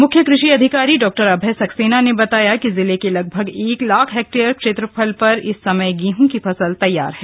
मुख्य कृषि अधिकारी डॉ अभय सक्सेना ने बताया जिले के लगभग एक लाख हेक्टेयर क्षेत्रफल पर इस समय गेहं की फसल तैयार है